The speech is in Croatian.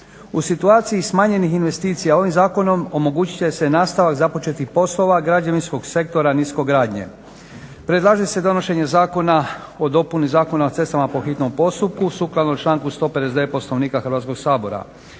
U situaciji smanjenih investicija ovim zakonom omogućit će se nastavak započetih poslova građevinskog sektora niskogradnje. Predlaže se donošenje Zakona o dopuni Zakona o cestama po hitnom postupku sukladno članku 159. Poslovnika Hrvatskog sabora.